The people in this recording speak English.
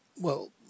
Well